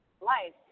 life